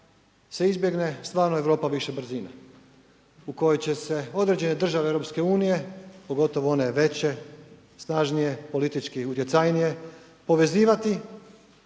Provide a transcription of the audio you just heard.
se izbjegne stvarno Europa više brzine, u kojoj će se određene države EU pogotovo one veće, snažnije, politički utjecajnije povezivati